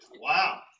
Wow